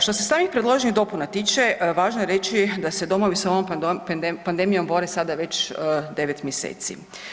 Što se samih predloženih dopuna tiče važno je reći da se domovi s ovom pandemijom bore sada već 9 mjeseci.